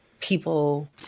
people